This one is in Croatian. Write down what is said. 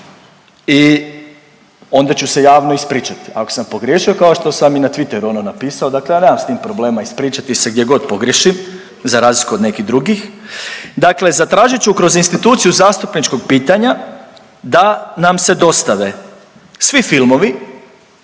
i onda ću se javno ispričati ako sam pogriješio kao što sam i na Twitteru ono napisao. Dakle, ja nemam s tim problem ispričati se gdje god pogriješim za razliku od nekih drugih. Dakle, zatražit ću kroz instituciju zastupničkog pitanja da nam se dostave svi filmovi